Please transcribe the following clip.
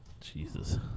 Jesus